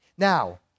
Now